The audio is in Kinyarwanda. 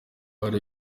hari